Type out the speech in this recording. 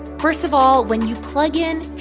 first of all, when you plug in,